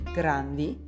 grandi